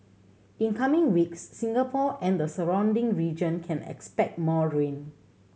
in coming weeks Singapore and the surrounding region can expect more rain